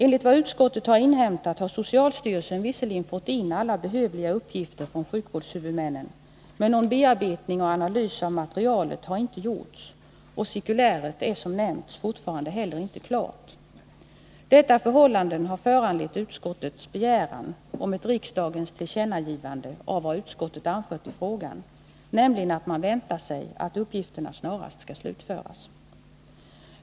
Enligt vad utskottet har inhämtat har socialstyrelsen visserligen fått in alla behövliga uppgifter från sjukvårdshuvudmännen, men någon bearbetning och analys av materialet har inte gjorts, och cirkuläret är som nämnts fortfarande inte klart. Detta förhållande har föranlett utskottets begäran om ett riksdagens tillkännagivande av vad utskottet anfört i frågan, nämligen att man väntar sig att uppgifterna snarast skall utföras.